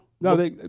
No